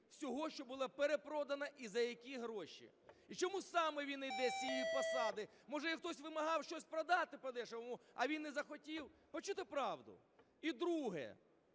всього, що було перепродано, і за які гроші, і чому саме він не йде з цієї посади, може, хтось вимагав щось продати подешевше, а він не захотів почути правду. І друге.